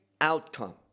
outcome